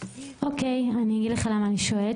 אני אגיד לך למה אני שואלת,